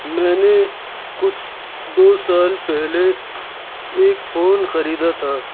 میں نے کچھ دو سال پہلے ایک فون خریدا تھا